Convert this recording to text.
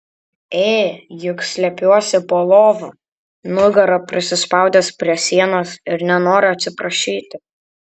ė juk slepiuosi po lova nugara prisispaudęs prie sienos ir nenoriu atsiprašyti